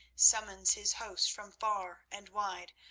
summons his hosts from far and wide,